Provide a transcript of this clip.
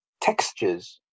textures